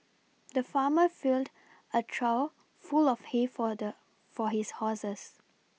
the farmer filled a trough full of hay for the for his horses